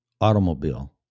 automobile